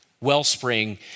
Wellspring